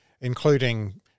including